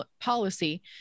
policy